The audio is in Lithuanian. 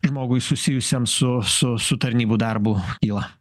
žmogui susijusiam su su su tarnybų darbu kyla